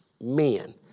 men